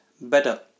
better